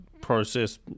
process –